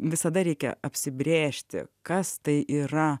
visada reikia apsibrėžti kas tai yra